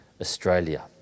Australia